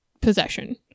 possession